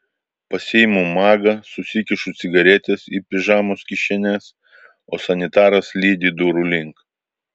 pasiimu magą susikišu cigaretes į pižamos kišenes o sanitaras lydi durų link